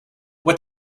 what